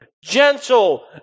Gentle